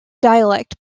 dialect